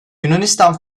yunanistan